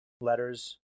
letters